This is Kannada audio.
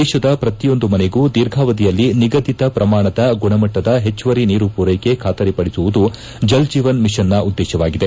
ದೇಶದ ಪ್ರತಿಯೊಂದು ಮನೆಗೂ ದೀರ್ಘಾವಧಿಯಲ್ಲಿ ನಿಗದಿತ ಪ್ರಮಾಣದ ಗುಣಮಟ್ಟದ ಹೆಚ್ಲುವರಿ ನೀರು ಪೂರ್ಕೆಕೆ ಬಾತರಿಪಡಿಸುವುದು ಜಲ್ಜೀವನ್ ಮಿಷನ್ನ ಉದ್ದೇಶವಾಗಿದೆ